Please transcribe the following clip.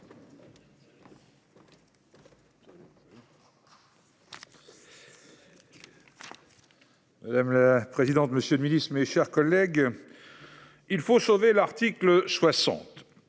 Madame la présidente. Monsieur le Ministre, mes chers collègues. Il faut sauver l'article 60.